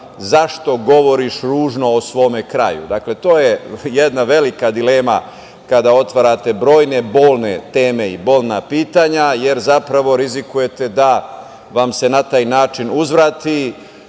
zašto govoriš ružno o svome kraju. Dakle, to je jedna velika dilema kada otvarate brojne bolne teme i bolna pitanja, jer zapravo rizikujete da vam se na taj način uzvrati.